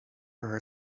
her